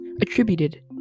attributed